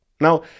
Now